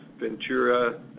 Ventura